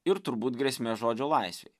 ir turbūt grėsmės žodžio laisvei